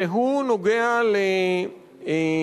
והוא נוגע לדרישות,